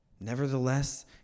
Nevertheless